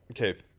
Okay